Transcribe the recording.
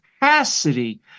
capacity